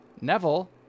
Neville